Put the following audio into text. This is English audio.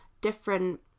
different